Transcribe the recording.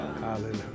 Hallelujah